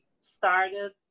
started